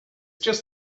just